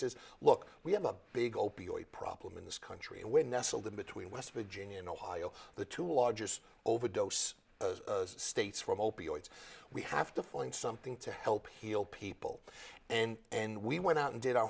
says look we have a big opioid problem in this country and when nestled in between west virginia and ohio the two largest overdose states were opioids we have to find something to help heal people and and we went out and did our